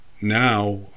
now